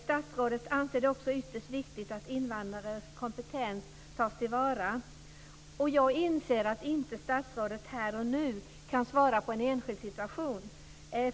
Statsrådet anser det också ytterst viktigt att invandrares kompetens tas till vara. Jag inser att statsrådet inte här och nu kan svara på en enskild situation.